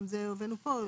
גם את זה הבאנו פה,